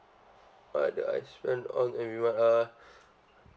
what do I spend on every month uh